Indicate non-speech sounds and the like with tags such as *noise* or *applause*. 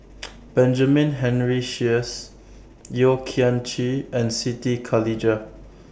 *noise* Benjamin Henry Sheares Yeo Kian Chye and Siti Khalijah